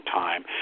time